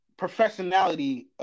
professionality